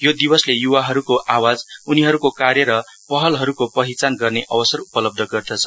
यो दिवसले युवाहरुको आवाजउनीहरुको कार्य र पहलहरुको पहिचान गर्ने अवसर उपलब्ध गर्दछ